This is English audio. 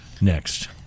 next